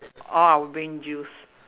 all our brain juice